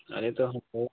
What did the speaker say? अरे तो हमको